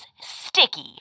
sticky